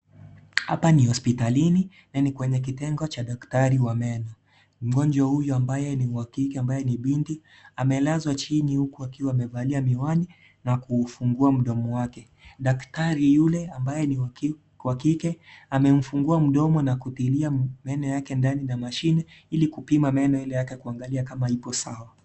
Hapa ni hospitalini na ni kwenye kitengo cha daktari wa meno, mgonjwa huyu ambaye ni wa kike ambaye ni binti amelazwa chini huku akiwa amevalia miwani na kufungua mdomo wake, daktari yule ambaye ni wa kike amemfungua mdomo na kudhinia meno yake ndani ya mashine ili kupima meno ile yake kuangalia kama iko sawa.